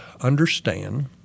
understand